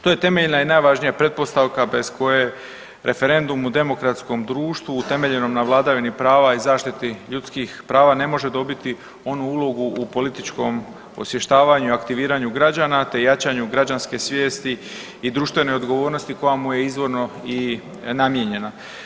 To je temeljna i najvažnija pretpostavka bez koje referendum u demokratskom društvu utemeljenom na vladavini prava i zaštiti ljudskih prava ne može dobiti onu ulogu u političkom osvještavanju i aktiviranju građana te jačanju građanske svijesti i društvene odgovornosti koja mu je izvorno i namijenjena.